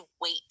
wait